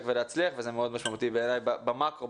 ולהצליח וזה מאוד משמעותי בעיניי במקרו,